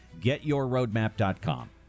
GetYourRoadmap.com